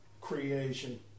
creation